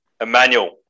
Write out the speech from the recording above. Emmanuel